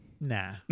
nah